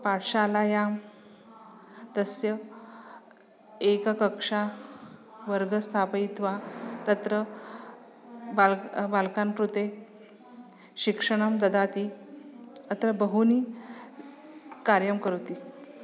पाठशालायां तस्य एका कक्षा वर्गं स्थापयित्वा तत्र बालकः बालकान् कृते शिक्षणं ददाति अत्र बहूनि कार्यं करोति